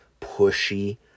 pushy